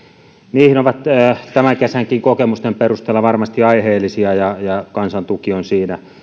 niihin ovat tämänkin kesän kokemusten perusteella varmasti aiheellisia ja ja kansan tuki on siinä